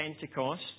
Pentecost